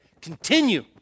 Continue